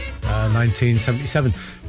1977